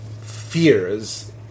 fears